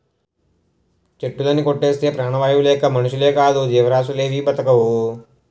చెట్టులుని కొట్టేస్తే ప్రాణవాయువు లేక మనుషులేకాదు జీవరాసులేవీ బ్రతకవు